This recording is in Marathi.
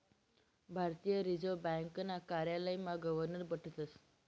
भारतीय रिजर्व ब्यांकना कार्यालयमा गवर्नर बठतस